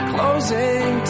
Closing